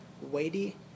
weighty